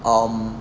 um